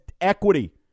equity